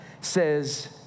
says